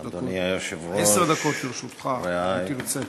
עשר דקות לרשותך, אם תרצה.